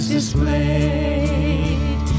displayed